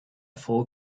full